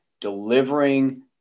delivering